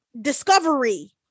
discovery